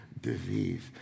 disease